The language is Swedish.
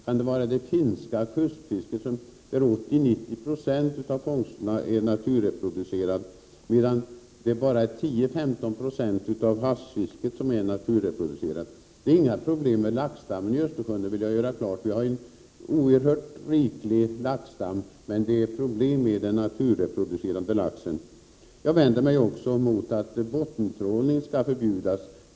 Kan det vara det finska kustfisket, där 80-90 90 av fångsterna är naturreproducerade, medan det är bara 10-15 96 av havsfisket som är naturreproducerat? Det är inga problem med laxstammen i Östersjön, det vill jag göra klart. Laxstammen är oerhört riklig, problemet är den naturreproducerade laxen. Jag vänder mig också mot att bottentrålning skall förbjudas.